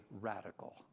radical